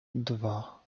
dwa